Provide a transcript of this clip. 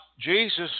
Jesus